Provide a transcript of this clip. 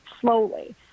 slowly